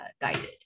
guided